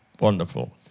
Wonderful